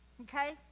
Okay